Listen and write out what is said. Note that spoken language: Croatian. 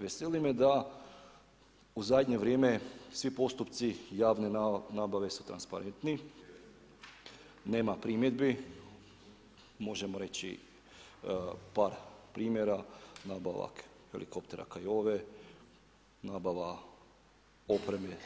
Veseli me da u zadnje vrijeme svi postupci javne nabave su transparentni, nema primjedbi, možemo reći par primjera nabava helikoptera Kiowe, nabava opreme